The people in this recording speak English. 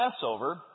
Passover